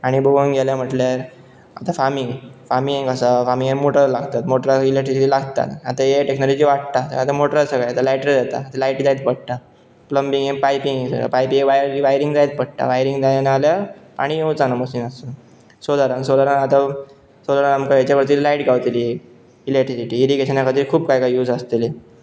आनी बघूंक गेले म्हटल्यार आतां फार्मींग फार्मींग आसा फार्मींगेक मोटर लागतात मोटराक इलक्ट्रिसिटी लागतात आतां ए आय टॅक्नॉलॉजी वाडटा आतां मोटर सगळे आतां लायट्र्यो येता लायट जायच पडटा प्लंबींग हें पायपींग पायपी वायरी वायरींग जाय पडटा वायरींग जायना जाल्यार आनी येवचां ना मशीन आसून सोलरान सोलरान आतां सोलरान आमकां हेच्या वाटची लायट गावतली इलॅक्ट्रिसिटी इरिगेशना खातीर खूब काय काय यूझ आसतली